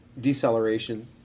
deceleration